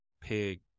pig